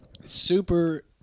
super